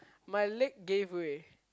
my leg gave way